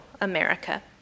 America